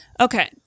Okay